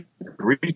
agree